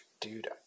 dude